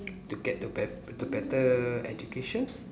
to get the bet~ the better education